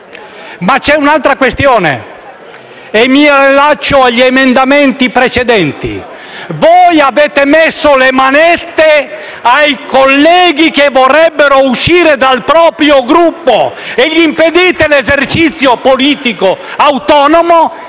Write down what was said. Ma c'è un'altra questione e mi riallaccio agli emendamenti precedenti. Voi avete messo le manette ai colleghi che vorrebbero uscire dal proprio Gruppo, impedite loro l'esercizio politico autonomo